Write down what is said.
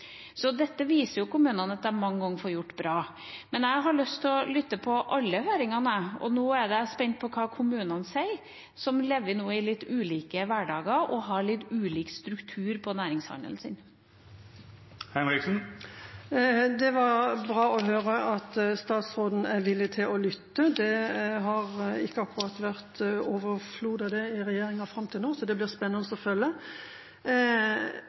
Dette viser jo kommunene at de mange ganger får gjort på en bra måte. Men jeg har lyst til å lytte til alle høringsinnspillene, og jeg er spent på hva kommunene sier, som nå lever i litt ulike hverdager og har litt ulik struktur på næringshandelen sin. Det var bra å høre at statsråden er villig til å lytte. Det har ikke akkurat vært overflod av det i regjeringa fram til nå, så det blir spennende å følge.